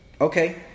Okay